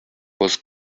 was